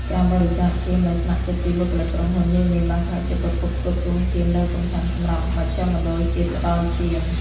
ការបរិច្ចាគ ឈាម ដោយស្ម័គ្រចិត្តពីបុគ្គលិកក្រុមហ៊ុននានា បានក្លាយជាប្រភពផ្គត់ផ្គង់ឈាមដ៏សំខាន់សម្រាប់មជ្ឈមណ្ឌលជាតិផ្តល់ឈាម។